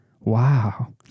wow